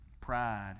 Pride